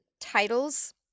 titles